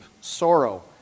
sorrow